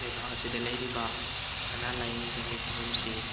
ꯂꯩꯕꯥꯛ ꯑꯁꯤꯗ ꯂꯩꯔꯤꯕ ꯑꯅꯥ ꯂꯥꯏꯌꯦꯡꯁꯪꯒꯤ ꯐꯤꯕꯝꯁꯤ